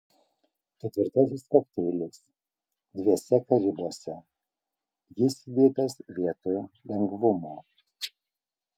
ketvirtasis kokteilis dviese karibuose jis įdėtas vietoj lengvumo